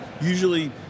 usually